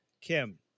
kim